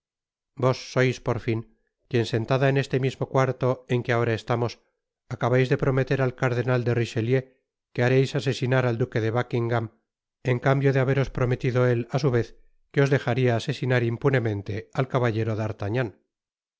vos sois por fin quien sentada en este mismo cuarto en que ahora estamos acabais de prometer al cardenal de richelieu que hareis asesinar al duque de buckingam en cambio de haberos prometido él á su vez que os dejaria asesinar impunemente al caballero